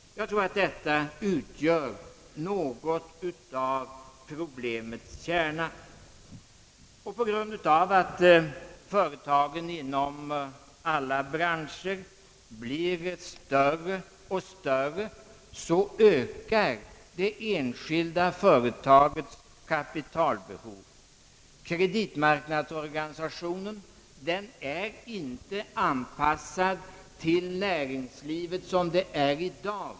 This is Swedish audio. Jag tror att detta utgör något av problemets kärna. På grund av att företagen inom alla branscher blir större och större ökar det enskilda företagets kapitalbehov. Kreditmarknadsorganisationen är inte anpassad till näringslivet som det är i dag.